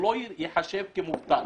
לא ייחשב כמובטל.